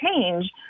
change